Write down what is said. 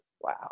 Wow